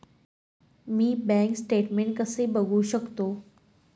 मी bank statement कसे बघू शकतो?